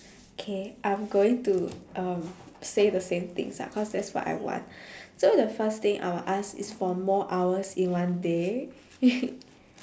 K I'm going to um say the same things ah cause that's what I want so the first thing I will ask is for more hours in one day